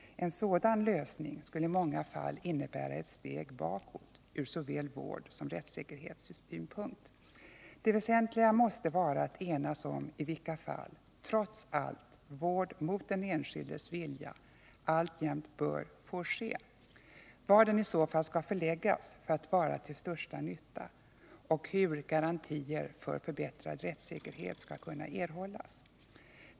En sådan lösning skulle i många fall innebära ett steg bakåt ur såväl vårdsom rättssäkerhetssynpunkt. Det väsentliga måste vara att enas om i vilka fall trots allt vård mot den enskildes vilja alltjämt bör får ske, var den i så fall skall förläggas för att vara till största nytta och hur garantier för förbättrad rättssäkerhet skall kunna erhållas.